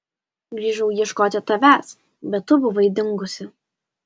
grįžau ieškoti tavęs bet tu buvai dingusi